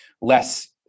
less